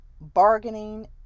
bargaining